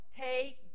take